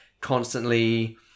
constantly